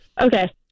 Okay